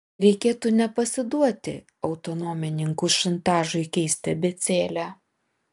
reikėtų nepasiduoti autonomininkų šantažui keisti abėcėlę